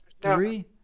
three